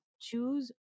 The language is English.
Choose